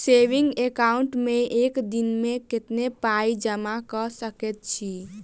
Saving account मे एक दिनमे कतेक पाई जमा कऽ सकैत छी?